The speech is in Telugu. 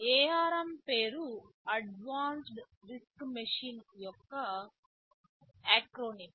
ARM పేరు అడ్వాన్స్డ్ RISC మెషిన్ యొక్క ఎక్రోనిం